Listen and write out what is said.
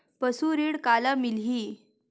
पशु ऋण काला मिलही?